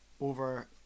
over